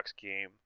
game